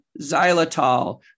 xylitol